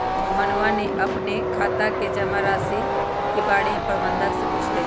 मोहनवा ने अपन खाता के जमा राशि के बारें में प्रबंधक से पूछलय